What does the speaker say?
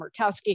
Murkowski